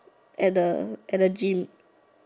at the at the gym